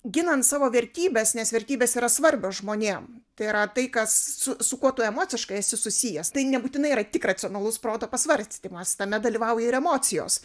ginant savo vertybes nes vertybės yra svarbios žmonėm tai yra tai kas su kuo tu emociškai esi susijęs tai nebūtinai yra tik racionalaus proto pasvarstymas tame dalyvauja ir emocijos